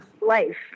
life